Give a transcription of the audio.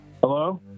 Hello